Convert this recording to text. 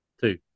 Two